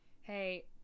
hey